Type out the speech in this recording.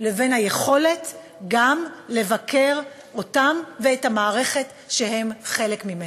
לבין היכולת גם לבקר אותם ואת המערכת שהם חלק ממנה.